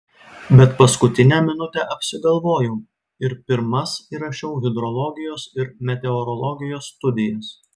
bet paskutinę minutę apsigalvojau ir pirmas įrašiau hidrologijos ir meteorologijos studijas